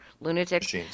lunatics